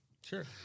Sure